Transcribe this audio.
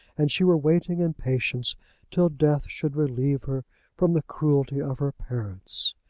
and she were waiting in patience till death should relieve her from the cruelty of her parents.